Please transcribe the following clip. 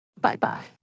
Bye-bye